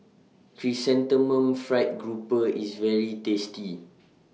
Chrysanthemum Fried Grouper IS very tasty